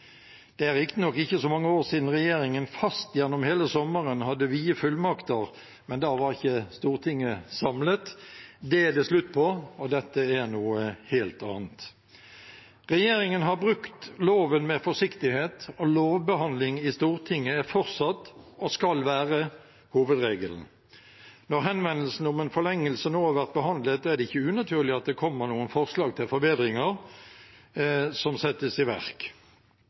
Det er riktignok ikke så mange år siden regjeringen fast gjennom hele sommeren hadde vide fullmakter, men da var ikke Stortinget samlet. Det er det slutt på, og dette er noe helt annet. Regjeringen har brukt loven med forsiktighet, og lovbehandling i Stortinget er og skal fortsatt være hovedregelen. Når henvendelsen om en forlengelse nå har vært behandlet, er det ikke unaturlig at det kommer noen forslag til forbedringer